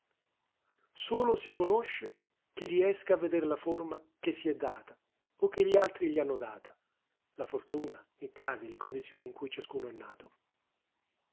solo si conosce chi riesca a veder la forma che si è data o che gli altri gli hanno data la fortuna i casi le condizioni in cui ciascuno è nato